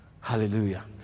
hallelujah